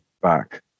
back